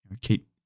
keep